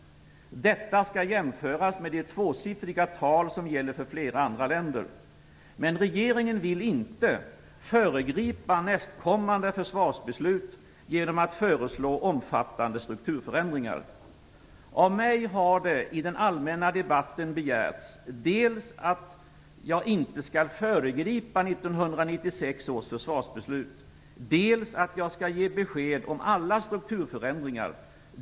Detta skall jämföras med de tvåsiffriga tal som gäller för flera andra länder. Men regeringen vill inte föregripa nästkommande försvarsbeslut genom att föreslå omfattande strukturförändringar. Av mig har det i den allmänna debatten begärts dels att jag inte skall föregripa 1996 års försvarsbeslut, dels att jag skall ge besked om alla strukturförändringar.